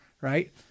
right